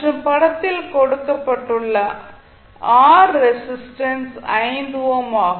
மற்றும் படத்தில் கொடுக்கப்பட்டுள்ள R ரெசிஸ்டன்ஸ் 5 ஓம் ஆகும்